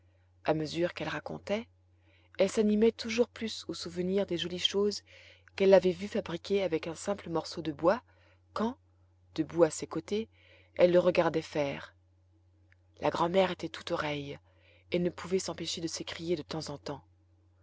a mesure qu'elle racontait elle s'animait toujours plus au souvenir des jolies choses qu'elle l'avait vu fabriquer avec un simple morceau de bois quand debout à ses côtés elle le regardait faire la grand'mère était tout oreilles et ne pouvait s'empêcher de s'écrier de temps en temps